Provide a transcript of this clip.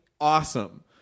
awesome